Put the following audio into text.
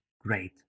great